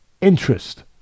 Interest